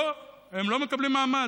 פה הם לא מקבלים מעמד.